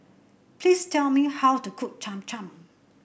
please tell me how to cook Cham Cham